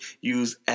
use